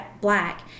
black